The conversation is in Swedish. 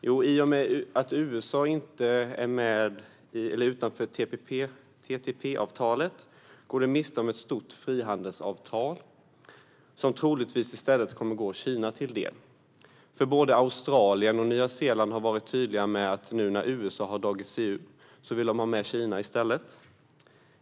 Jo, i och med att USA kommer att vara utanför TPP-avtalet går de miste om ett stort frihandelsavtal som troligtvis i stället kommer Kina till del. Både Australien och Nya Zeeland har varit tydliga med att de vill ha med Kina nu när USA har dragit sig ur.